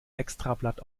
extrablatt